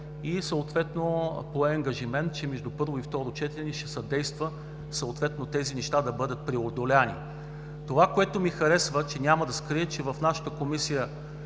и съответно пое ангажимент, че между първо и второ четене ще се действа тези неща да бъдат преодолени. Това, което ми харесва, няма да скрия, е, че в нашата Комисия